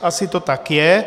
Asi to tak je.